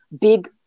big